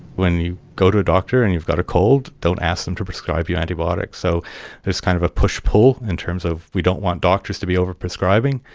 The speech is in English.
when you go to a doctor and you've got a cold, don't ask them to prescribe you antibiotics. so there is a kind of push pull in terms of we don't want doctors to be overprescribing,